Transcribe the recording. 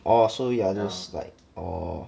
oh so you're those like orh